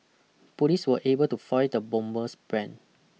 police were able to foil the bomber's plan